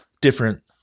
different